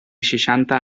seixanta